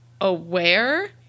aware